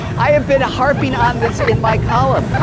i have been harping on this in my column.